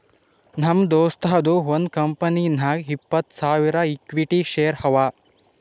ನಮ್ ದೋಸ್ತದು ಒಂದ್ ಕಂಪನಿನಾಗ್ ಇಪ್ಪತ್ತ್ ಸಾವಿರ ಇಕ್ವಿಟಿ ಶೇರ್ ಅವಾ